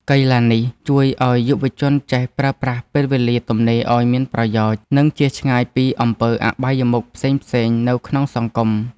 កីឡានេះជួយឱ្យយុវជនចេះប្រើប្រាស់ពេលវេលាទំនេរឱ្យមានប្រយោជន៍ និងជៀសឆ្ងាយពីអំពើអបាយមុខផ្សេងៗនៅក្នុងសង្គម។